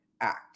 act